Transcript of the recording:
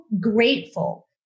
grateful